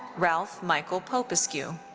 ralf michael popescu.